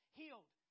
healed